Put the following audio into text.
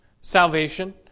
salvation